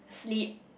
sleep